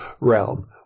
realm